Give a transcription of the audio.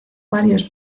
varios